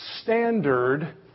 standard